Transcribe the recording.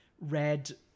red